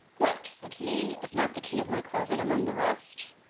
what! said he, is not the key of my closet among the rest?